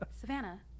Savannah